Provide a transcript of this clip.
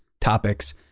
topics